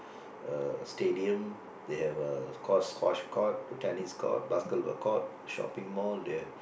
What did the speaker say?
uh stadium they have a sq~ squash court the tennis court basketball court shopping mall they have